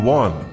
one